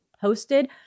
posted